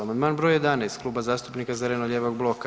Amandman br. 11 Klub zastupnika zeleno-lijevog bloka.